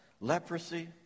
Leprosy